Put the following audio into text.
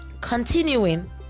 Continuing